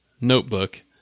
notebook